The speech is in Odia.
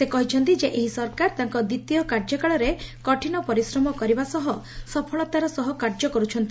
ସେ କହିଥିଲେ ଯେ ଏହି ସରକାର ତାଙ୍କ ଦିତୀୟ କାର୍ଯ୍ୟକାଳରେ କଠିନ ପରିଶ୍ରମ କରିବା ସହ ସଫଳତାର ସହ କାର୍ଯ୍ୟ କରୁଛନ୍ତି